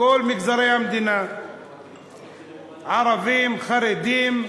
בכל מגזרי המדינה, ערבים, חרדים,